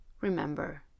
remember